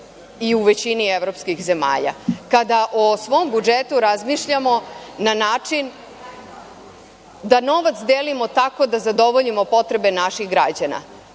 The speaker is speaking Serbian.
i u većini evropskih zemalja. Kada o svom budžetu razmišljamo na način da novac delimo tako da zadovoljimo potrebe naših građana,